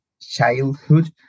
childhood